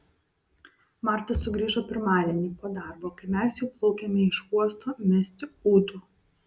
marta sugrįžo pirmadienį po darbo kai mes jau plaukėme iš uosto mesti ūdų